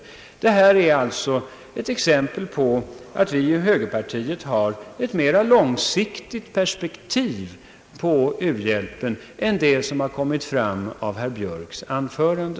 Detta är alltså ett exempel på att vi inom högerpartiet har ett mera långsiktigt perspektiv på u-hjälpen än det som har kommit fram genom herr Björks anförande.